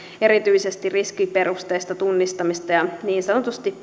erityisesti riskiperusteista tunnistamista ja niin sanotusti